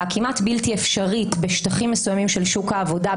הכמעט בלתי אפשרית בשטחים מסוימים של שוק העבודה,